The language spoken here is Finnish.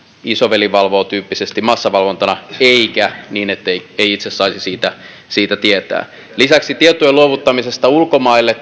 isoveli valvoo tyyppisesti massavalvontana eikä niin ettei itse saisi siitä siitä tietää lisäksi tietojen luovuttaminen ulkomaille